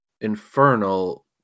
Infernal